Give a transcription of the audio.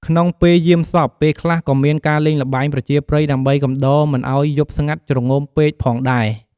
ក្នុងពេលយាមសព ពេលខ្លះក៏មានការលេងល្បែងប្រជាប្រិយដើម្បីកំដរមិនឲ្យយប់ស្ងាត់ជ្រងំពេកផងដែរ។